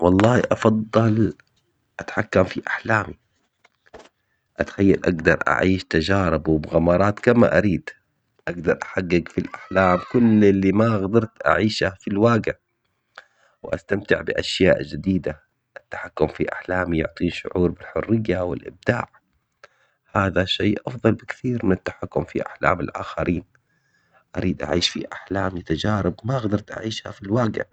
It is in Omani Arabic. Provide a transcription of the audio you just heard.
والله افضل اتحكم في احلامي. اتخيل اقدر اعيش تجاربه وبغمارات كما اريد. اقدر احقق في الاحلام كل اللي ما قدرت اعيشه في الواقع. واستمتع باشياء جديدة. التحكم في احلامي يعطيه شعور بالحرية والابداع هذا شيء افضل بكثير من التحكم في احلام الاخرين. اريد اعيش في احلامي تجارب ما قدرت اعيشها في الواقع